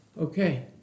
Okay